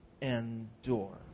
endure